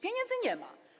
Pieniędzy nie ma.